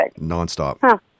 nonstop